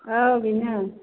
औ बेनो